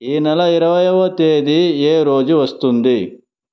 ఈ నెల ఇరవైయవ తేదీ ఏ రోజు వస్తుంది